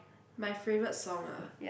my favourite song ah